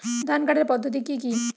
ধান কাটার পদ্ধতি কি কি?